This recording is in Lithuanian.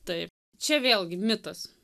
taip čia vėlgi mitas